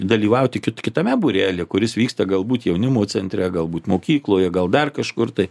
dalyvauti kitame būrelyje kuris vyksta galbūt jaunimo centre galbūt mokykloje gal dar kažkur tai